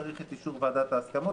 צריך את אישור ועדת ההסכמות,